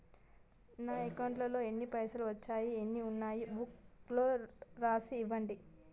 నా అకౌంట్లో ఎన్ని పైసలు వచ్చినాయో ఎన్ని ఉన్నాయో బుక్ లో రాసి ఇవ్వండి?